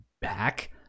back